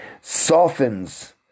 softens